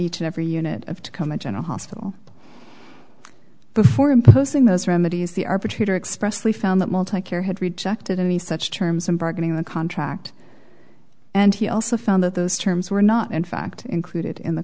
each and every unit of to come a general hospital before imposing those remedies the arbitrator expressly found that will take care had rejected any such terms and bargaining the contract and he also found that those terms were not in fact included in the